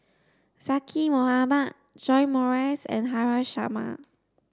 Zaqy Mohamad John Morrice and Haresh Sharma